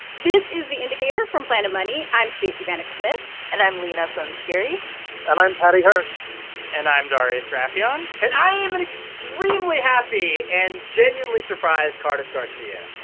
this is the indicator from planet money. i'm stacey vanek smith and i'm leena sanzgiri and i'm paddy hirsch and i'm darius rafieyan and i am an extremely happy and genuinely surprised cardiff garcia.